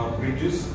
bridges